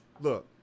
look